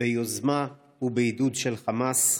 ביוזמה ובעידוד של חמאס.